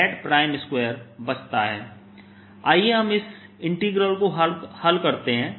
dV04πI2πssz2πsdsdzs s2z20I4πz ∞dzs2z2 आइए हम इस इंटीग्रल को हल करते हैं